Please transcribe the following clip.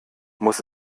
muss